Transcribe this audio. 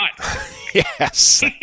Yes